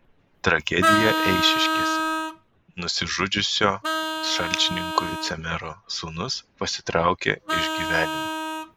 tragedija eišiškėse nusižudžiusio šalčininkų vicemero sūnus pasitraukė iš gyvenimo